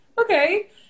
okay